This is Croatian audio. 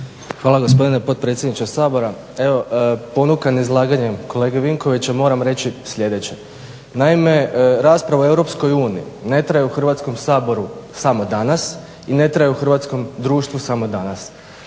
Hvala, gospodine potpredsjedniče Sabora. Evo ponukan izlaganjem kolege Vinkovića moram reći sljedeće. Naime, rasprave o Europskoj uniji ne traju u Hrvatskom saboru samo danas i ne traju u hrvatskom društvu samo danas.